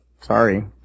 Sorry